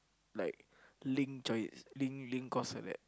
like linked join linked course like that